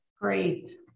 Great